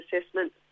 assessment